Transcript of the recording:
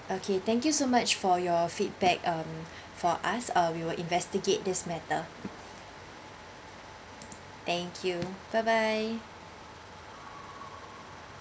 okay thank you so much for your feedback um for us uh we will investigate this matter thank you bye bye